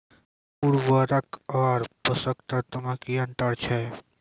उर्वरक आर पोसक तत्व मे की अन्तर छै?